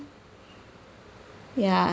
ya